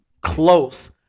close